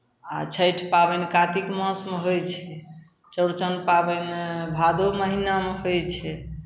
आ छठि पाबनि कातिक मासमे होइ छै चौरचन पाबनि भादो महिनामे होइ छै